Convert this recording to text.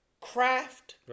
craft